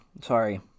sorry